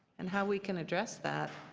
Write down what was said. and how we can address that.